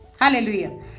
Hallelujah